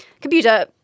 Computer